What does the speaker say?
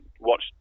watch